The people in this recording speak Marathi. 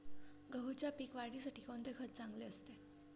गहूच्या पीक वाढीसाठी कोणते खत चांगले असते?